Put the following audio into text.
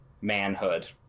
manhood